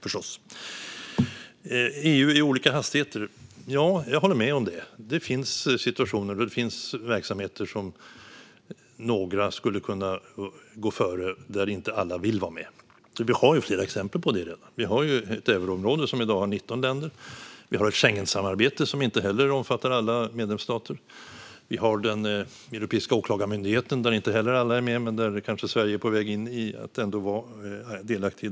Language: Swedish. När det gäller EU i olika hastigheter håller jag med Kerstin Lundgren; det finns situationer och verksamheter där några skulle kunna gå före och där inte alla vill vara med. Vi har flera exempel på det: Vi har ett euroområde som i dag har 19 länder. Vi har ett Schengensamarbete som inte heller omfattar alla medlemsstater. Vi har den europeiska åklagarmyndigheten, där inte heller alla är med men där Sverige kanske ändå är på väg in att bli delaktigt.